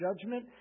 judgment